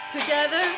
Together